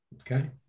Okay